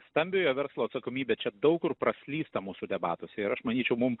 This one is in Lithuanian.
stambiojo verslo atsakomybė čia daug kur praslysta mūsų debatuose ir aš manyčiau mum